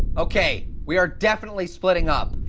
okay. we are definitely splitting up.